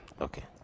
Okay